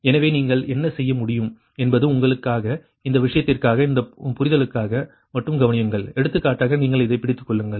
எனவே நீங்கள் என்ன செய்ய முடியும் என்பது உங்களுக்காக இந்த விஷயத்திற்காக உங்கள் புரிதலுக்காக மட்டும் கவனியுங்கள் எடுத்துக்காட்டாக நீங்கள் இதைப் பிடித்துக் கொள்ளுங்கள்